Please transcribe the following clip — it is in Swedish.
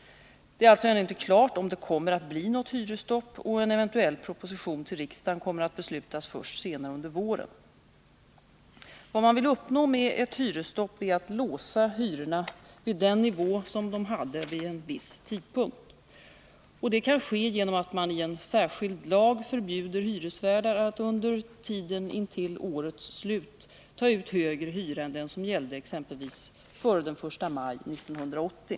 Det är alltså ännu inte klart att det kommer att bli något hyresstopp, och en eventuell proposition till riksdagen kommer att beslutas först senare under våren. Vad man vill uppnå med ett hyresstopp är att låsa hyrorna vid den nivå som de hade vid en viss tidpunkt. Detta kan ske genom att man i en särskild lag förbjuder hyresvärdar att under tiden intill årets slut ta ut högre hyra än den som gällde exempelvis före den 1 maj 1980.